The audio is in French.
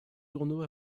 journaux